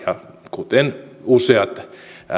kuten useat